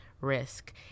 risk